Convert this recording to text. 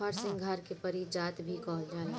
हरसिंगार के पारिजात भी कहल जाला